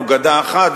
או גדה אחת,